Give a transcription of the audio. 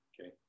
okay